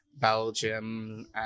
Belgium